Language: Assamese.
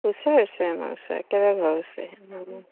ওচৰৰে ওচৰৰে আমাৰ ওচৰৰে একেবাৰে ঘৰৰ ওচৰৰে অঁ অঁ